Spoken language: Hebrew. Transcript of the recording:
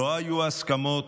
לא היו הסכמות,